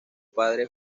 padre